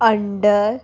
under